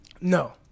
No